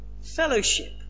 fellowship